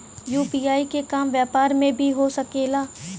UPI के काम व्यापार में भी हो सके ला?